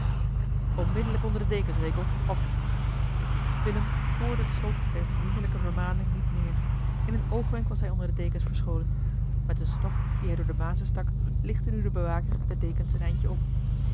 onmiddellijk onder de dekens rekel of willem hoorde het slot der vriendelijke vermaning niet meer in een oogwenk was hij onder de dekens verscholen met een stok dien eli heimans willem roda hij door de mazen stak lichtte nu de bewaker de dekens een eindje op